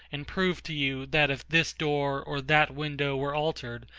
and prove to you, that if this door or that window were altered,